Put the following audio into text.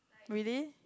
really